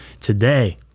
Today